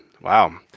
Wow